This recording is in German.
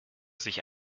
sich